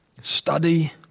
Study